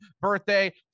birthday